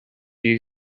you